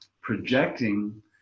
projecting